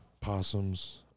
possums